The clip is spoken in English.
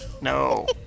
No